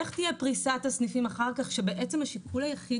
איך תהיה פריסת הסניפים כשהשיקול היחיד